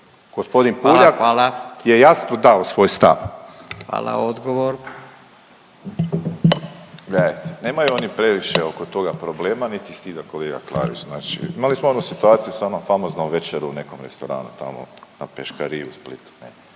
Hvala. Odgovor. **Borić, Josip (HDZ)** Gledajte, nemaju oni previše oko toga problema niti s tim da koalira Klarić, znači imali smo onu situaciju sa onom famoznom večerom u nekom restoranu tamo na peškariji u Splitu,